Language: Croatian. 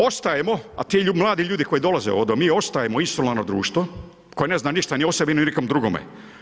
Ostajemo, a ti mladi ljudi, koji dolaze ovdje, mi ostajemo isilano društvo, koji ne zna ništa ni o sebi, ni o nekom drugome.